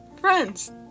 friends